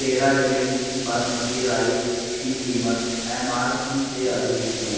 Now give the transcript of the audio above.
टेरा Greens basmati rice की कीमत M R P से अधिक क्यों